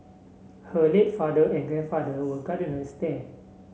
her late father and grandfather were gardeners there